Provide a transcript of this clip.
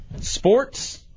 Sports